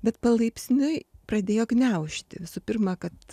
bet palaipsniui pradėjo gniaužti visų pirma kad